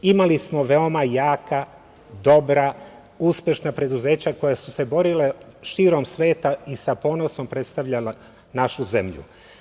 Imali smo veoma jaka, dobra, uspešna preduzeća koja su se borila širom sveta i sa ponosom predstavljala našu zemlju.